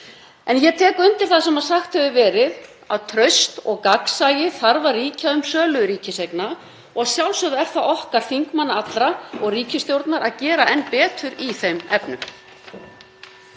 Ég tek undir það sem sagt hefur verið, að traust og gagnsæi þarf að ríkja um sölu ríkiseigna og að sjálfsögðu er það okkar þingmanna allra og ríkisstjórnar að gera enn betur í þeim efnum.